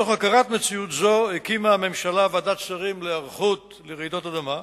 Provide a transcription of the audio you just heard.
מתוך הכרת מציאות זו הקימה הממשלה ועדת שרים להיערכות לרעידות אדמה.